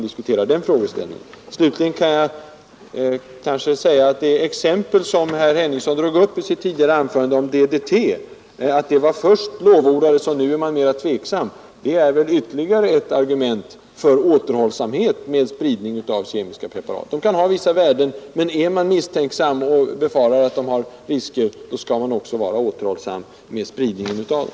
Det exempel som herr Henningsson drog upp i sitt tidigare anförande om DDT — han sade att det först lovordades och att man numera är mera tveksam — är ytterligare ett argument för återhållsamhet i fråga om spridning av kemiska preparat. De kan ha vissa värden, men är man misstänksam och befarar att de kan innebära risker, skall man också vara återhållsam med spridningen av dem.